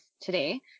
today